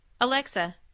Alexa